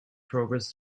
progress